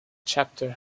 chapter